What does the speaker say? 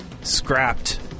scrapped